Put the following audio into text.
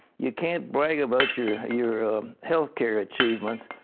you can't brag about your your health care achievements.